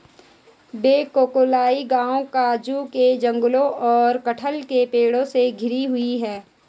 वेगाक्कोलाई गांव काजू के जंगलों और कटहल के पेड़ों से घिरा हुआ है